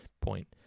point